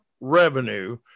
revenue